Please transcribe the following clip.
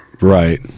right